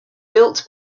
built